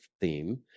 theme